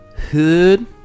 Hood